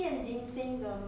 orh Face Shop ah